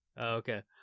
Okay